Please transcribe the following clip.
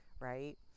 right